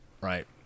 Right